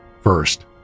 First